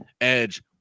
Edge